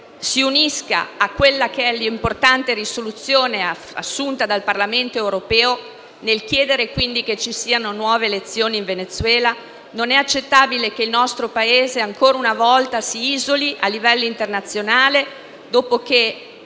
si unisca all'importante risoluzione assunta dal Parlamento europeo nel chiedere che ci siano nuove elezioni in Venezuela. Non è accettabile che il nostro Paese, ancora una volta, si isoli a livello internazionale dopo che